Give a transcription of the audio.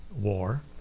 war